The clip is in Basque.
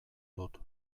dut